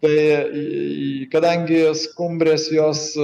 tai į kadangi skumbrės jos